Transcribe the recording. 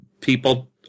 people